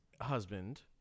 husband